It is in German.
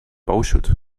bauschutt